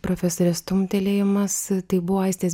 profesorės stumtelėjimas tai buvo aistės